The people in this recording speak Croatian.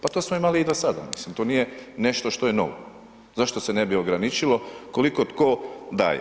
Pa to smo imali i do sada, mislim to nije nešto što je novo, zašto se ne bi ograničili koliko tko daje.